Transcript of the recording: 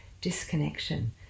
disconnection